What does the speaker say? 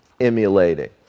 emulating